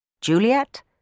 Juliet